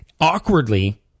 awkwardly